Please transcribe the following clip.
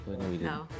no